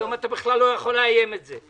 היום אתה לא יכול לאיים את זה.